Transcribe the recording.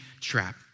trap